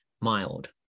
mild